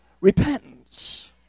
repentance